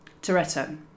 Toretto